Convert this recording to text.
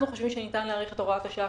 אנחנו חושבים שניתן להאריך את הוראת השעה,